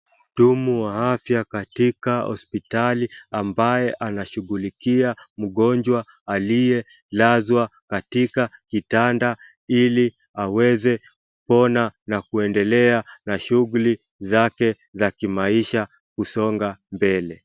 Mhudumu wa afya katika hospitali ambaye anashughulikia mgonjwa aliyelazwa katika kitanda ili aweze kupona na kuendelea na shughuli zake za kimaisha kusonga mbele.